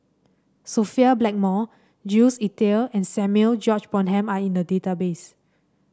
Sophia Blackmore Jules Itier and Samuel George Bonham are in the database